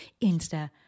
Insta